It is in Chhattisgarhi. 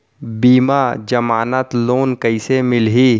बिना जमानत लोन कइसे मिलही?